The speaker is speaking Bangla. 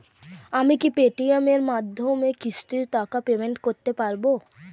আমি কি পে টি.এম এর মাধ্যমে কিস্তির টাকা পেমেন্ট করতে পারব?